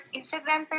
Instagram